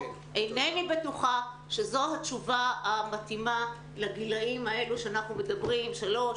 אינני בטוחה שזו התשובה המתאימה לגילאים האלה שאנחנו מדברים שלוש,